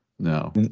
no